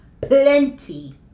plenty